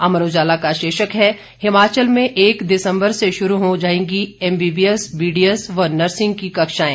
अमर उजाला का शीर्षक है हिमाचल में एक दिसंबर से शुरू होगा जाएंगी एमबीबीएस बीडी एस व नर्सिंग की कक्षाएं